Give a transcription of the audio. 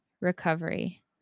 recovery